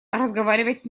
разговаривать